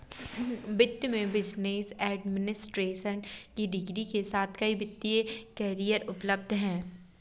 वित्त में business administration की डिग्री के साथ कई वित्तीय करियर उपलब्ध हैं